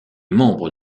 membre